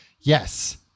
Yes